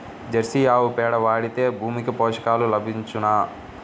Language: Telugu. జెర్సీ ఆవు పేడ వాడితే భూమికి పోషకాలు లభించునా?